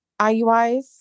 IUIs